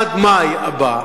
עד מאי הבא,